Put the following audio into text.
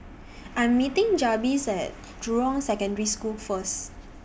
I'm meeting Jabez At Jurong Secondary School First